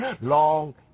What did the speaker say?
long